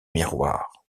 miroir